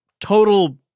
total